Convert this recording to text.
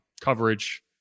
coverage